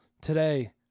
today